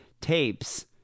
tapes